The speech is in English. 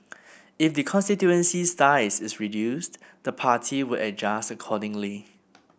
if the constituency's size is reduced the party would adjust accordingly